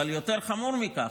אבל יותר חמור מכך,